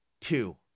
Two